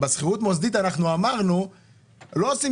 בשכירות מוסדית אנחנו אמרנו שלא עושים